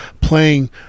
playing